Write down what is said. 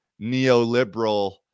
neoliberal